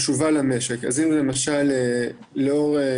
אם את יכולה קצת יותר לפרט, נתבקשתי לשאול את